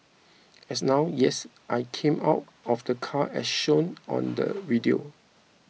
and now yes I came out of the car as shown on the video